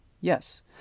yes